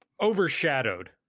overshadowed